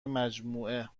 مجموعه